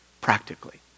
practically